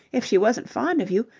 if she wasn't fond of you,